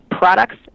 products